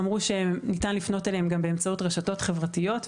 אמרו שניתן לפנות אליהם גם באמצעות רשתות חברתיות,